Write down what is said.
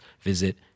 visit